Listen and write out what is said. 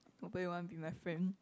nobody want to be my friend